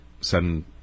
sudden